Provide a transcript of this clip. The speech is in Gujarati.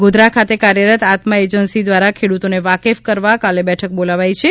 ગોધરા ખાતે કાર્યરત આત્મા એજન્સી દ્વારા ખેડુતોને વાકેફ કરવા કાલે બેઠક બોલાવાઇ છે